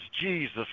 Jesus